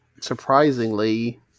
Surprisingly